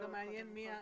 תודה.